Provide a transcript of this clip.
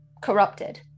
corrupted